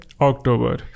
October